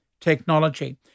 technology